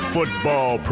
Football